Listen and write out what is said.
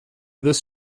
this